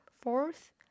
Fourth